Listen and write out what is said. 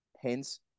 Hence